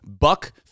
Buck